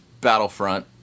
Battlefront